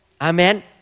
Amen